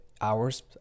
hours